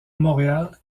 montréal